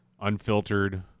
unfiltered